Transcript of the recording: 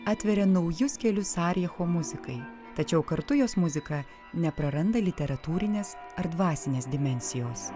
atveria naujus kelius sarijecho muzikai tačiau kartu jos muzika nepraranda literatūrinės ar dvasinės dimensijos